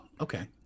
okay